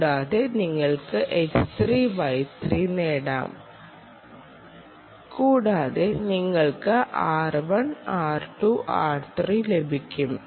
കൂടാതെ നിങ്ങൾക്ക് നേടാം കൂടാതെ നിങ്ങൾക്ക് r1 r2 r3 ലഭിക്കും